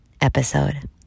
episode